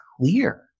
clear